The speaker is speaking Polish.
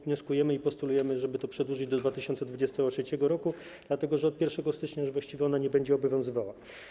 Wnioskujemy i postulujemy, żeby to przedłużyć do 2023 r., dlatego że od 1 stycznia już właściwie ona nie będzie obowiązywała.